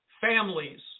families